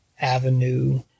avenue